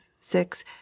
six